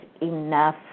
enough